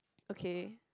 okay